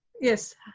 Yes